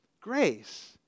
grace